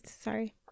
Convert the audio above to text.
sorry